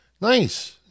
Nice